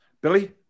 Billy